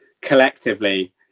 collectively